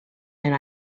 and